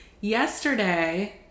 Yesterday